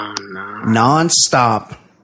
non-stop